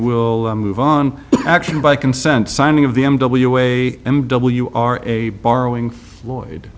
will move on action by consent signing of the m w a m w r a borrowing lloyd